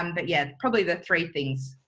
um but yeah, probably the three things.